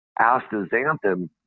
astaxanthin